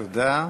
תודה.